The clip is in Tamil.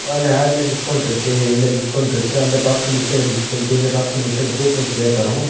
அந்த ஆடில் டிஸ்கவுண்ட் இருக்குது இந்த டிஸ்கவுண்ட் இருக்குது அந்த டாஸ்க்கு முடித்தா இந்த டிஸ்கவுண்டு இந்த டாஸ்க்கு முடித்தா இந்த கூப்பன் ஃப்ரீயாக தர்றோம்